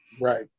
right